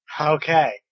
Okay